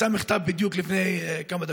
אדוני, יצא מכתב בדיוק לפני כמה דקות.